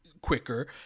quicker